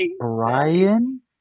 ryan